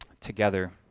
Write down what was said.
together